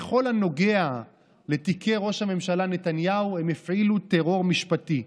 בכל הנוגע לתיקי ראש הממשלה נתניהו הם הפעילו טרור משפטי,